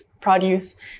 produce